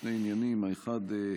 שני עניינים: אחד,